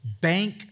Bank